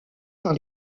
par